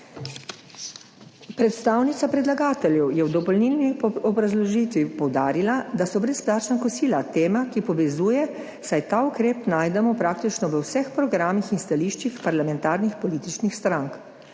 Predstavnica predlagateljev je v dopolnilni obrazložitvi poudarila, da so brezplačna kosila tema, ki povezuje, saj ta ukrep najdemo praktično v vseh programih in stališčih parlamentarnih političnih strank.